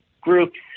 groups